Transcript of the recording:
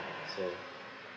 so